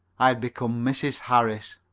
i had become mrs. harris.